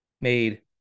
Made